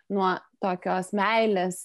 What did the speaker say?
nuo tokios meilės